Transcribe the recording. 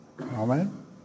Amen